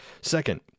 Second